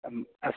ꯑꯁ